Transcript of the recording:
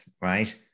Right